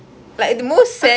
I think almost